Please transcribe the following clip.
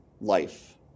life